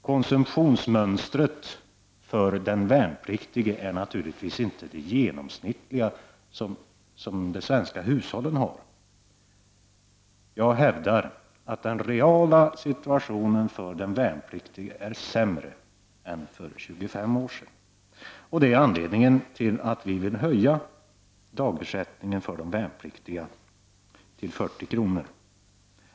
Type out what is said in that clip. Konsumtionsmönstret för den värnpliktige är naturligtvis inte det genomsnittliga som de svenska hushållen har. Jag hävdar att den reala situationen för den värnpliktige är sämre i dag än för 25 år sedan. Det är anledningen till att vi i vpk vill höja dagersättningen för värnpliktiga till 40 kr.